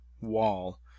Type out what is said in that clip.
wall